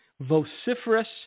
vociferous